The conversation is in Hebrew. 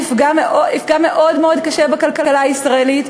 זה יפגע מאוד מאוד קשה בכלכלה הישראלית,